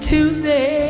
Tuesday